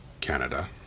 Canada